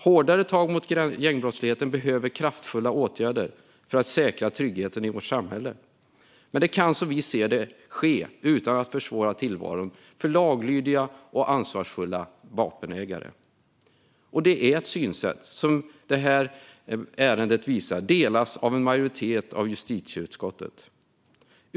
Hårdare tag mot gängbrottsligheten behöver kraftfulla åtgärder för att säkra tryggheten i vårt samhälle, men det kan, som vi ser det, ske utan att försvåra tillvaron för laglydiga och ansvarsfulla vapenägare. Det är ett synsätt som delas av en majoritet av justitieutskottet, vilket det här ärendet visar.